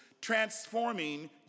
transforming